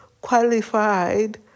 qualified